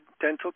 dental